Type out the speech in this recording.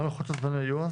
מה לוחות הזמנים היו?